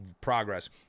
progress